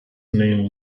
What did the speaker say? name